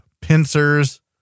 pincers